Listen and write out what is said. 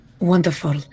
Wonderful